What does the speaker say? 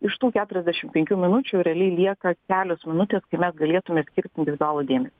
iš tų keturiasdešimt penkių minučių realiai lieka kelios minutės kai mes galėtume skirti individualų dėmesį